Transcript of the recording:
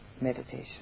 meditation